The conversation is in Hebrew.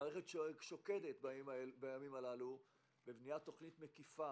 המערכת שוקדת בימים הללו על בניית תוכנית מקיפה